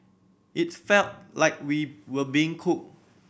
it's felt like we were being cooked